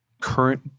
current